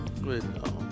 Good